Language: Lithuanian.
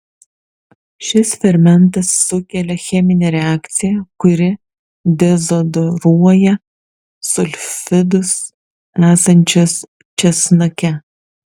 šis fermentas sukelia cheminę reakciją kuri dezodoruoja sulfidus esančius česnake